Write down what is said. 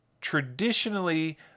traditionally